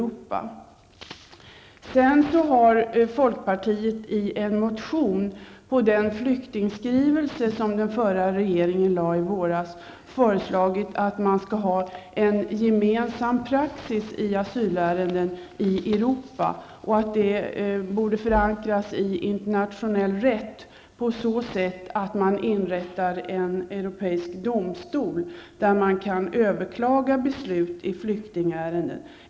Folkpartiet har i en motion till den flyktingskrivelse som den förra regeringen lade fram i våras, föreslagit att man skall ha en gemensam praxis i asylärenden i Europa och att det borde förankras i internationell rätt genom att man inrättar en europeisk domstol där man kan överklaga beslut i flyktingärenden.